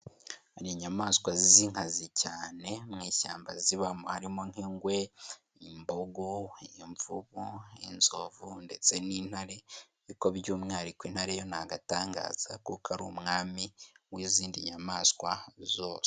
Hari inyamaswa z'inkazi cyane mu ishyamba zibamo harimo nk'ingwe, imbogo, imvubu, inzovu ndetse n'intare ariko by'umwihariko intare yo ni agatangaza kuko ari umwami w'izindi nyamaswa zose.